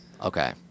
okay